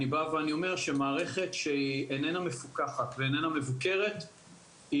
אני בא ואומר שמערכת שאיננה מפוקחת ומבוקרת היא